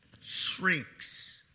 shrinks